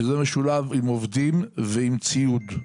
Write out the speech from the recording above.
שזה משולב עם עובדים ועם ציוד.